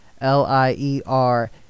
l-i-e-r